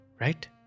right